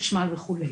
חשמל וכו'.